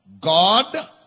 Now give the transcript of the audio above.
God